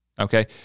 Okay